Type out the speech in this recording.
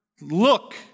look